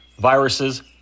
viruses